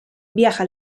viaja